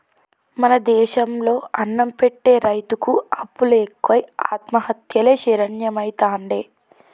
మన దేశం లో అన్నం పెట్టె రైతుకు అప్పులు ఎక్కువై ఆత్మహత్యలే శరణ్యమైతాండే